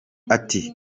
ati